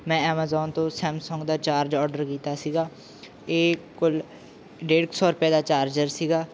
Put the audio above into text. ਮੈਂ ਐਮਾਜ਼ੋਨ ਤੋਂ ਸੈਮਸੌਂਗ ਦਾ ਚਾਰਜ ਔਡਰ ਕੀਤਾ ਸੀਗਾ ਇਹ ਕੁਲ ਡੇਢ ਕੁ ਸੌ ਰੁਪਏ ਦਾ ਚਾਰਜਰ ਸੀਗਾ